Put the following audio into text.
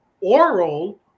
oral